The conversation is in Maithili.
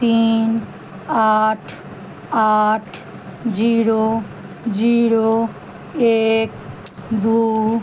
तीन आठ आठ जीरो जीरो एक दू